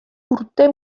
urte